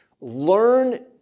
Learn